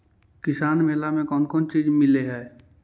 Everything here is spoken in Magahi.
किसान मेला मे कोन कोन चिज मिलै है?